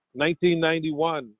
1991